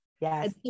Yes